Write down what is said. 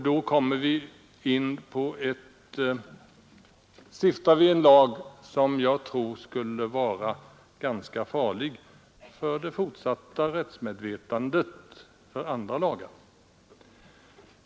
Då stiftar vi en lag som jag tror skulle vara farlig för det fortsatta rättsmedvetandet beträffande andra lagar.